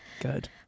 Good